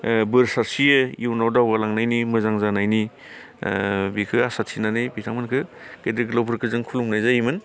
ओ बोर सारस्रियो इयुनाव दावगा लांनायनि मोजां जानायनि ओ बिखो आसा थिनानै बिथांमोनखो गेदेर गोलावफोरखो जों खुलुमनाय जायोमोन